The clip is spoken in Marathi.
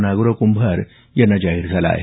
नागोराव कुंभार यांना जाहीर झाला आहे